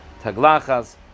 Taglachas